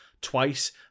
twice